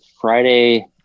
Friday